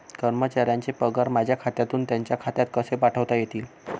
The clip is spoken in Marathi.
कर्मचाऱ्यांचे पगार माझ्या खात्यातून त्यांच्या खात्यात कसे पाठवता येतील?